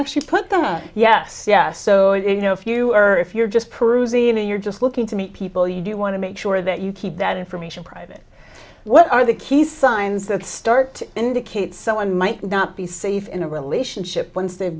actually put them on yes yes so you know if you are if you're just peruse even you're just looking to meet people you do want to make sure that you keep that information private what are the key signs that start to indicate someone might not be safe in a relationship once they've